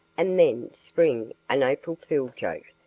and then spring an april fool joke,